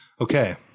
Okay